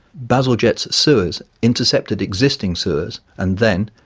bazalgette's sewers intercepted existing sewers and then,